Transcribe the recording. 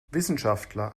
wissenschaftler